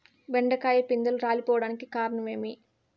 బెండకాయ పిందెలు రాలిపోవడానికి కారణం ఏంటి?